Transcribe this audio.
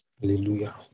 Hallelujah